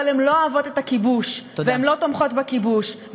אבל הן לא אוהבות את הכיבוש והן לא תומכות בכיבוש.